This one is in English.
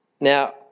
Now